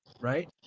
right